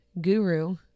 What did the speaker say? guru